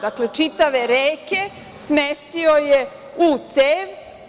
Dakle, čitave reke smestio je u cev.